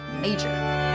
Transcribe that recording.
major